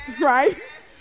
right